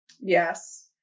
Yes